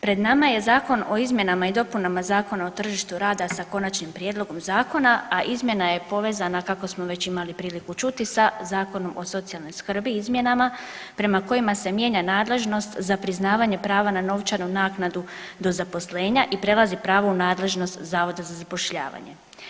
Pred nama je Zakon o izmjenama i dopunama Zakona o tržištu rada sa konačnim prijedlogom zakona, a izmjena je povezana kako smo već imali priliku čuti sa Zakonom o socijalnoj skrbi izmjenama prema kojima se mijenja nadležnost za priznavanje prava na novčanu naknadu do zaposlenja i prelazi pravo u nadležnost Zavoda za zapošljavanje.